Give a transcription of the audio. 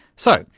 so,